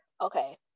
okay